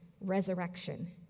resurrection